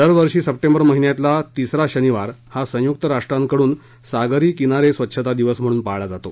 दरवर्षी सप्टेंबर महिन्यातल्या तिसरा शनिवार हा संयुक्त राष्ट्रांकडून सागरी किनारे स्वच्छता दिवस म्हणून पाळला जातो